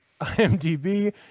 IMDb